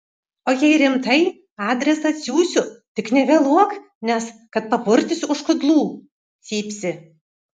o jei rimtai adresą atsiųsiu tik nevėluok nes kad papurtysiu už kudlų cypsi